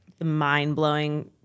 mind-blowing